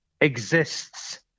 exists